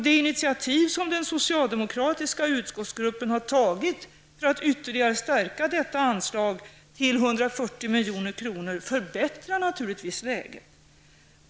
Det initiativ den socialdemokratiska utskottsgruppen har tagit för att ytterligare stärka detta anslag till 140 milj.kr. förbättrar naturligtvis läget.